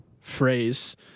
phrase